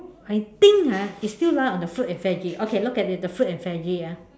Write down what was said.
I think ha it still lie on the food and veggie okay look at it the food and veggie ah